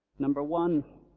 number one